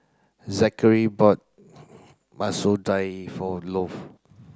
Zackary bought Masoor Dal for